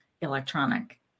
electronic